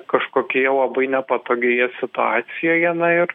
kažkokioje labai nepatogioje situacijoje na ir